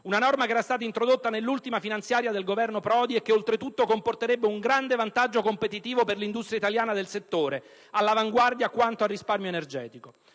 una norma che era stata introdotta nell'ultima finanziaria del Governo Prodi e che, oltretutto, comporterebbe un grande vantaggio competitivo per l'industria italiana del settore, all'avanguardia quanto a risparmio energetico.